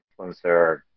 influencer